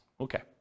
Okay